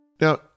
Now